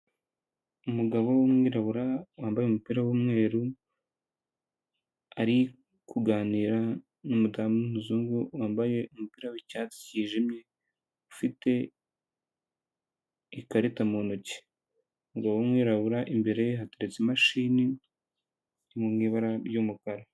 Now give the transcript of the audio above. Umugabo w'umwirabura wambaye umupira w'umweru, ari kuganira n'umudamu w'uzungu wambaye umupira w'icyatsi cyijimye ufite ikarita mu ntoki. Umugabo w'umwirabura imbere ye hateretse imashini mu ibara ry'umukara.